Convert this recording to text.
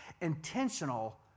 intentional